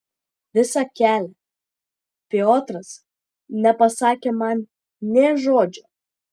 visą kelią piotras nepasakė man nė žodžio